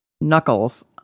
knuckles